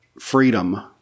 freedom